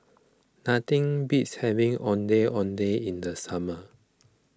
nothing beats having Ondeh Ondeh in the summer